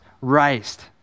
raised